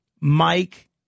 Mike